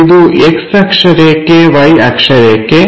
ಇದು X ಅಕ್ಷರೇಖೆ Y ಅಕ್ಷರೇಖೆ